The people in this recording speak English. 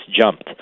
jumped